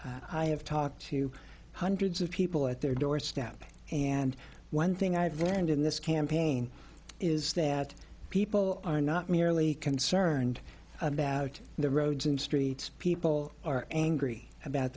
have talked to hundreds of people at their doorstep and one thing i've learned in this campaign is that people are not merely concerned about the roads and streets people are angry about